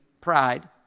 pride